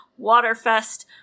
Waterfest